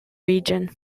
region